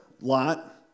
Lot